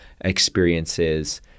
experiences